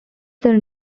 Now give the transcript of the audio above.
then